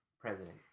president